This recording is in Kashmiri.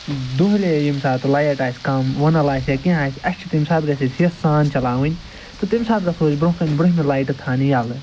دۄلی ییٚمہِ ساتہٕ لایِٹ آسہِ کَم وُنَل آسہِ یا کیٚنہہ آسہِ اَسہِ چھِ تٔمۍ ساتہٕ گژھِ اَسہِ ہٮ۪س سان چلاوٕنۍ تہٕ تٔمۍ ساتہٕ گژھَو أسۍ برۄنٛہہ کَنہِ برہمہِ لایِٹہٕ تھاونہِ ییٚلہٕ